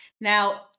Now